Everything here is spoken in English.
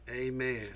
Amen